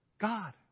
God